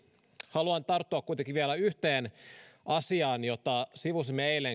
haluan tarttua kuitenkin vielä yhteen asiaan jota sivusimme eilen